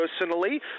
personally